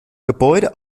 gebäude